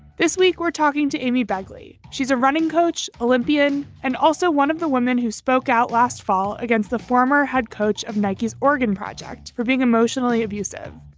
this week, we're talking to amy begley. she's a running coach, olympian and also one of the women who spoke out last fall against the former head coach of nike's oregon project for being emotionally abusive.